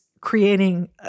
creating